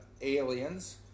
aliens